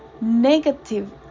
negative